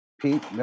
Pete